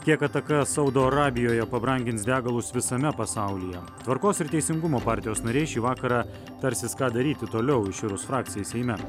kiek ataka saudo arabijoje pabrangins degalus visame pasaulyje tvarkos ir teisingumo partijos nariai šį vakarą tarsis ką daryti toliau iširus frakcijai seime